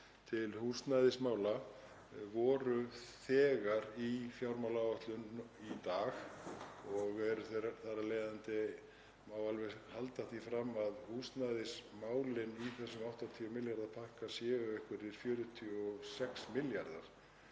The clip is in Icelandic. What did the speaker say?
til húsnæðismála voru þegar í fjármálaáætlun í dag og þar af leiðandi má alveg halda því fram að húsnæðismálin í þessum 80 milljarða pakka séu einhverjir 46 milljarðar.